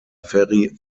ferry